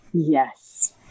Yes